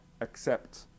accept